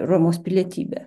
romos pilietybę